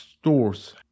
stores